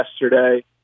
yesterday